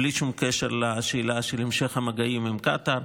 בלי שום קשר לשאלה של המשך המגעים עם קטר.